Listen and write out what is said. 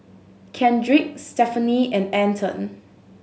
Kendrick Stephanie and Anton